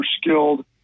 skilled